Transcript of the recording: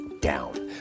down